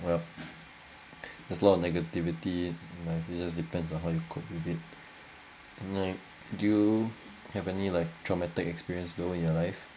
well there's lot of negativity right just depends on how you cope with it no do you have any like traumatic experience though in your life